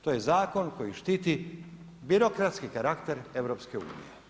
To je zakon koji štiti birokratski karakter EU.